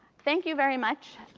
thank you very much.